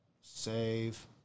Save